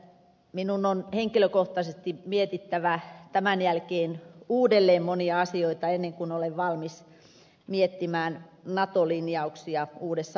minun on henkilökohtaisesti mietittävä tämän jälkeen uudelleen monia asioita ennen kuin olen valmis miettimään nato linjauksia uudessa valossa